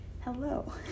hello